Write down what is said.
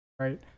right